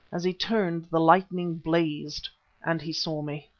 as he turned the lightning blazed and he saw me.